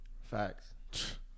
Facts